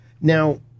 Now